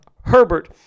Herbert